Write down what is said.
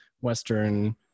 Western